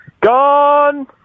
Gone